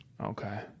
Okay